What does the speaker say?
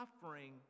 suffering